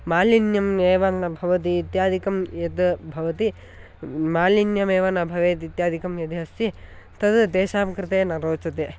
मालिन्यम् एव न भवति इत्यादिकं यद् भवति मालिन्यमेव न भवेत् इत्यादिकं यदि अस्ति तद् तेषां कृते न रोचते